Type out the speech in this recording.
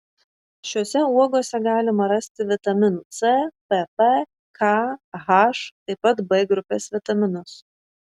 šiose uogose galima rasti vitaminų c pp k h taip pat b grupės vitaminus